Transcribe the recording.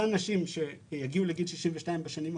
אותן נשים שיגיעו לגיל 62 בשנים הקרובות,